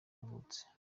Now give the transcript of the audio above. yavutse